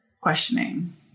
questioning